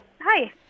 Hi